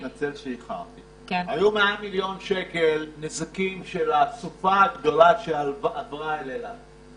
היו מעל 100 מיליון שקלים של נזקים מהסופה שעברה על אילת.